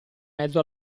mezzo